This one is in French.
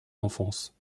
enfance